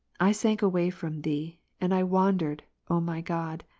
i sank away from thee, and i wandered, o my god,